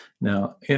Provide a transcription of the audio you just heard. Now